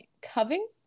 covering